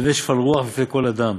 והווי שפל רוח בפני כל אדם.